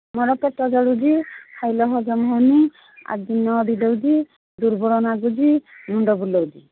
ମୋର ପେଟ ଜଳୁଛି ଖାଇଲେ ହଜମ ହେଉନି ଆଉ ଅଜିର୍ଣ୍ଣ ଦେଉଛି ଦୁର୍ବଳ ଲାଗୁଛି ମୁଣ୍ଡ ବୁଲାଉଛି